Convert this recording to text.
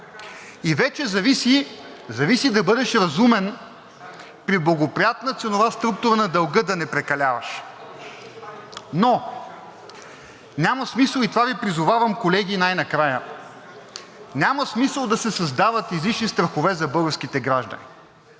И вече зависи да бъдеш разумен при благоприятна ценова структура на дълга, да не прекаляваш. И това Ви призовавам, колеги, най-накрая, няма смисъл да се създават излишни страхове за българските граждани.